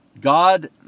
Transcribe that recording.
God